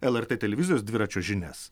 lrt televizijos dviračio žinias